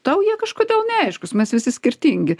tau jie kažkodėl neaiškūs mes visi skirtingi